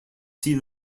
see